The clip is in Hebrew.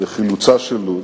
לחילוצה של לוד,